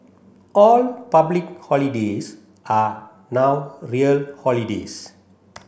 all public holidays are now real holidays